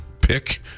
pick